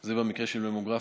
זה במקרה של ממוגרפיה,